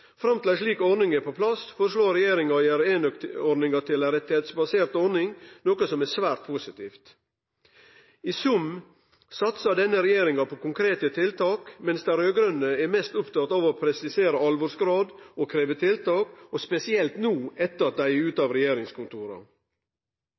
Fram til ei slik ordning er på plass, foreslår regjeringa å gjere enøkordninga til ei rettsbasert ordning, noko som er svært positivt. I sum satsar denne regjeringa på konkrete tiltak mens dei raud-grøne er mest opptekne av å presisere alvorsgrad og krevje tiltak – og spesielt no, etter at dei er ute